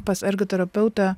pas ergoterapeutą